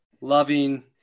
loving